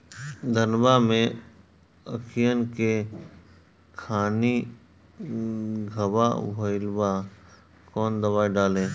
धनवा मै अखियन के खानि धबा भयीलबा कौन दवाई डाले?